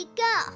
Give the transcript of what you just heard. go